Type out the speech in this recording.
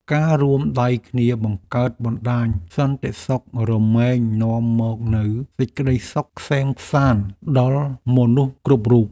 ការរួមដៃគ្នាបង្កើតបណ្តាញសន្តិសុខរមែងនាំមកនូវសេចក្តីសុខក្សេមក្សាន្តដល់មនុស្សគ្រប់រូប។